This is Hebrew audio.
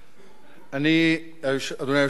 אדוני היושב-ראש,